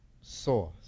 source